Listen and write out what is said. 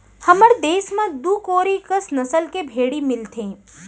हमर देस म दू कोरी कस नसल के भेड़ी मिलथें